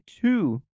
two